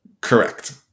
Correct